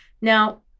Now